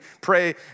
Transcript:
pray